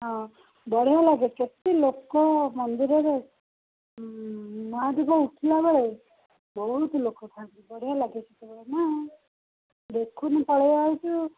ହଁ ବଢ଼ିଆ ଲାଗେ କେତେ ଲୋକ ମନ୍ଦିରରେ ମହାଦୀପ ଉଠିଲାବେଳେ ବହୁତ ଲୋକ ଥାଆନ୍ତି ବଢ଼ିଆ ଲାଗେ ସେତେବେଳେ ନା ଦେଖୁନୁ ପଳାଇ ଆସୁଛୁ